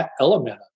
element